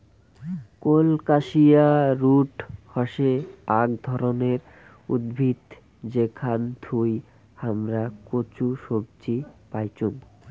colocasia root হসে আক ধরণের উদ্ভিদ যেখান থুই হামরা কচু সবজি পাইচুং